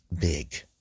big